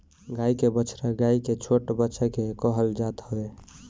गाई के बछड़ा गाई के छोट बच्चा के कहल जात हवे